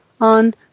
on